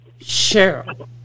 Cheryl